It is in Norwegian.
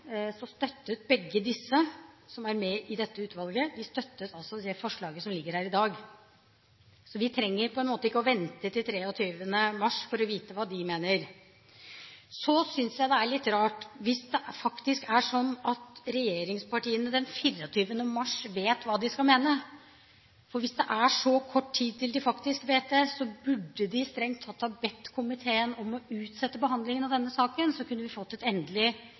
Så vi trenger ikke vente til 23. mars for å få vite hva de mener. Så synes jeg det er litt rart hvis det faktisk er sånn at regjeringspartiene den 24. mars vet hva de skal mene, for hvis det er så kort tid til de faktisk vet det, burde de strengt tatt ha bedt komiteen om å utsette behandlingen av denne saken, så kunne vi fått en endelig behandling og et endelig